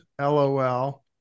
lol